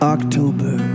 October